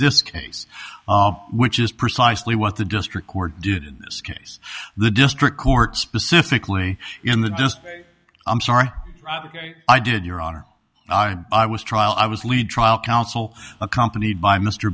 this case which is precisely what the district court did in this case the district court specifically in the i'm sorry i did your honor i was trial i was lead trial counsel accompanied by mr